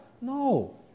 No